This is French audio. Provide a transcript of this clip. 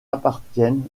appartiennent